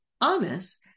Honest